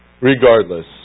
regardless